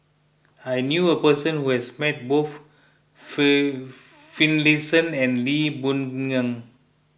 I knew a person who has met both Finlayson and Lee Boon Ngan